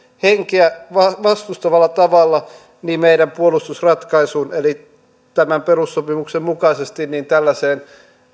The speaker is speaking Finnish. henkeä vastustavalla tavalla meidän puolustusratkaisuun eli tämän perussopimuksen mukaisesti tällaiseen